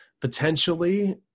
potentially